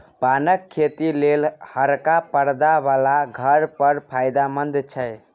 पानक खेती लेल हरका परदा बला घर बड़ फायदामंद छै